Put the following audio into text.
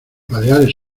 baleares